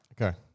Okay